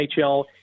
NHL